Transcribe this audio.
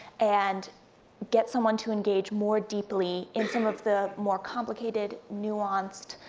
and get someone to engage more deeply in some of the more complicated, nuanced,